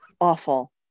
awful